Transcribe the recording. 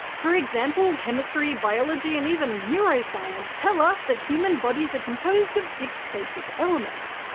for example, chemistry, biology, and even neuroscience tell us that human bodies are composed of six basic elements,